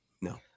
No